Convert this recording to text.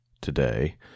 today